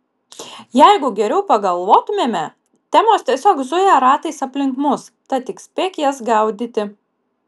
jeigu geriau pagalvotumėme temos tiesiog zuja ratais aplink mus tad tik spėk jas gaudyti